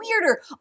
weirder